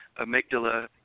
amygdala